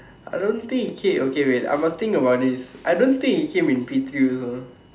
I don't think it came okay wait I must think about this I don't think it came in P three also